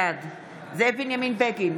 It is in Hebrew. בעד זאב בנימין בגין,